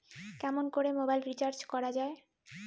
কেমন করে mobile recharge করা য়ায়?